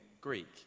Greek